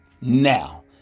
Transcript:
now